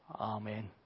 Amen